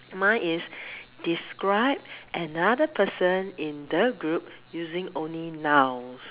mine is describe another person in the group using only nouns